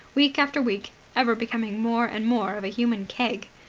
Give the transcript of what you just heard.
week after week ever becoming more and more of a human keg.